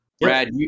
Brad